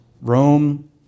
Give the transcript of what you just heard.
Rome